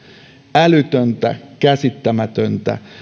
älytöntä käsittämätöntä